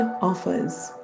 offers